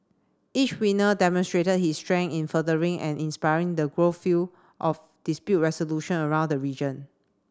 each winner demonstrated his strength in furthering and inspiring the growth field of dispute resolution around the region